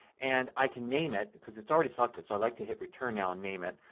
and i can name it because it's already selected. so i like to hit return now and name it.